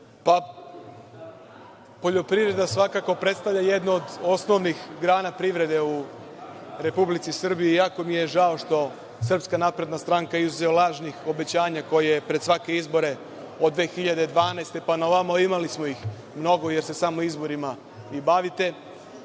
Poljoprivreda svakako predstavlja jedno od osnovnih grana privrede u Republici Srbiji i jako mi je žao što Srpska napredna stranka, izuzev lažnih obećanja koje pred svake izbore od 2012. pa naovamo, imali smo ih mnogo jer se samo izborima i bavite,